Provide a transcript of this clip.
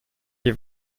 die